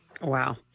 Wow